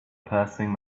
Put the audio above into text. passing